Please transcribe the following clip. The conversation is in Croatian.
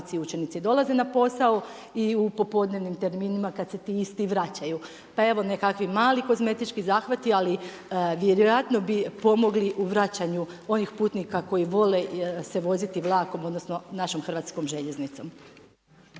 učenici dolaze na posao i u popodnevnim terminima, kada se ti isti vraćaju. Pa evo nekakvi mali kozmetički zahvati, ali vjerojatno bi pomogli u vračanju onih putnika koji vole se voziti vlakom, odnosno našom hrvatskom željeznicom.